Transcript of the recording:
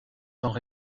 temps